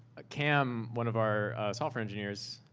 ah cam one of our software engineers,